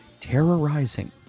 terrorizing